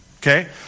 Okay